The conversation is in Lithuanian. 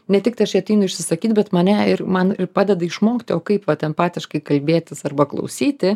ne tik tai aš ateinu išsisakyt bet mane ir man padeda išmokti o kaip vat empatiškai kalbėtis arba klausyti